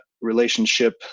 relationship